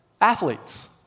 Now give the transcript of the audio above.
athletes